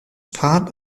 part